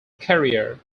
career